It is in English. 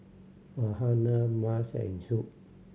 Farhanah Mas and Zul